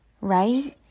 Right